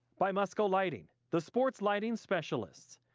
by musco lighting, the sports lighting specialist,